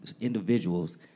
individuals